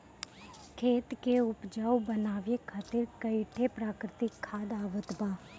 खेत के उपजाऊ बनावे खातिर कई ठे प्राकृतिक खाद आवत बा